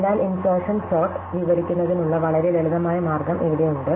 അതിനാൽ insertion sort വിവരിക്കുന്നതിനുള്ള വളരെ ലളിതമായ മാർഗ്ഗം ഇവിടെയുണ്ട്